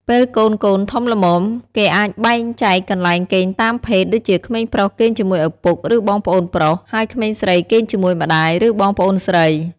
ពេលកូនៗធំល្មម គេអាចបែងចែកកន្លែងគេងតាមភេទ ដូចជាក្មេងប្រុសគេងជាមួយឪពុក ឬបងប្អូនប្រុស ហើយក្មេងស្រីគេងជាមួយម្តាយ ឬបងប្អូនស្រី។